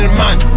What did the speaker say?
man